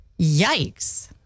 Yikes